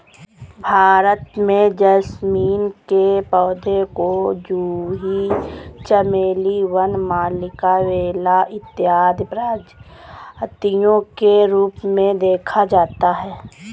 भारत में जैस्मीन के पौधे को जूही चमेली वन मल्लिका बेला इत्यादि प्रजातियों के रूप में देखा जाता है